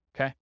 Okay